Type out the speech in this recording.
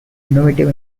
innovative